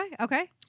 Okay